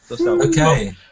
Okay